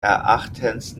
erachtens